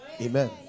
Amen